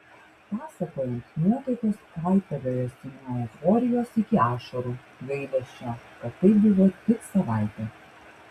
pasakojant nuotaikos kaitaliojosi nuo euforijos iki ašarų gailesčio kad tai buvo tik savaitė